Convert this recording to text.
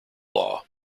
law